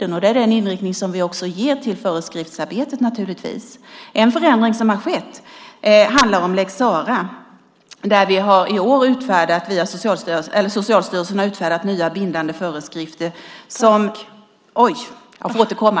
Det är naturligtvis den inriktning som vi också ger föreskriftsarbetet. En förändring som har skett handlar om lex Sarah, där Socialstyrelsen har utfärdat nya bindande föreskrifter. Jag får återkomma.